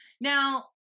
Now